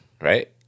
right